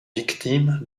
victime